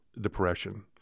depression